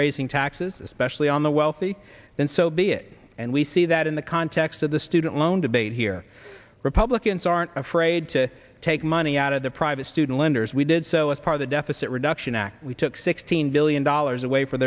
raising taxes especially on the wealthy then so be it and we see that in the context of the student loan debate here republicans aren't afraid to take money out of the private student lenders we did so as part of the deficit reduction act we took sixteen billion dollars away f